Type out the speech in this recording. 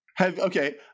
Okay